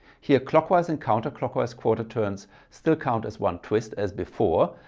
here clockwise and counter clockwise quarter turns still count as one twist as before.